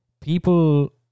people